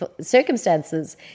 circumstances